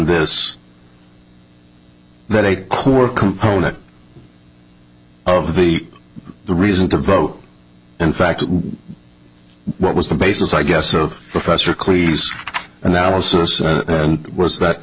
this that a core component of the reason to vote in fact what was the basis i guess of professor cleese analysis and was that